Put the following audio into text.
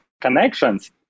connections